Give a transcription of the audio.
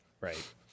Right